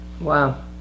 Wow